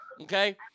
Okay